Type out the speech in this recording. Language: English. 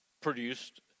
produced